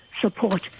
support